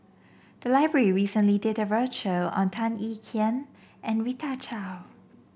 the library recently did a roadshow on Tan Ean Kiam and Rita Chao